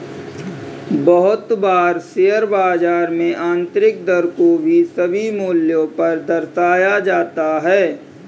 बहुत बार शेयर बाजार में आन्तरिक दर को सभी मूल्यों पर दर्शाया जाता है